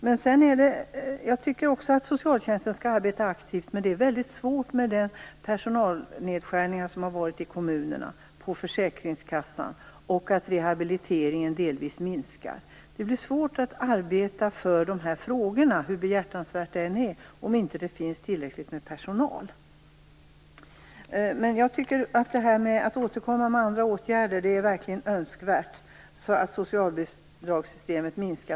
Också jag tycker att socialtjänsten skall arbeta aktivt, men det är väldigt svårt med de personalnedskärningar som har skett ute i kommunerna på bl.a. försäkringskassorna. Rehabiliteringsinsatserna har också minskat. Det är svårt att arbeta för dessa frågor hur behjärtansvärda de än är om det inte finns tillräckligt med personal. Socialministern säger i svaret att hon skall återkomma med andra åtgärder för att kostnaderna för socialbidragen skall minska.